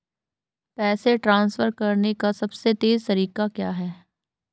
पैसे ट्रांसफर करने का सबसे तेज़ तरीका क्या है?